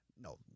No